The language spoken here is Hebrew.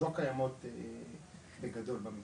קיימות בגדול.